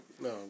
No